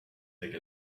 take